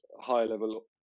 high-level